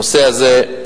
הנושא הזה,